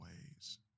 ways